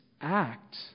act